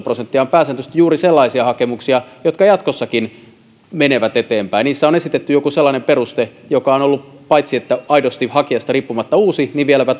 prosenttia ovat pääsääntöisesti juuri sellaisia hakemuksia jotka jatkossakin menevät eteenpäin niissä on esitetty joku sellainen peruste joka on ollut paitsi aidosti hakijasta riippumatta uusi myös vieläpä